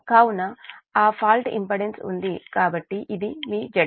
కాబట్టి ఆ fault impedance ఉంది కాబట్టి ఇది మీ Zf